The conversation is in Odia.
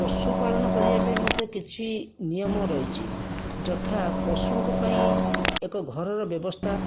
ପଶୁପାଳନ କରିବା ପାଇଁ ମଧ୍ୟ କିଛି ନିୟମ ରହିଛି ଯଥା ପଶୁଙ୍କ ପାଇଁ ଏକ ଘରର ବ୍ୟବସ୍ଥା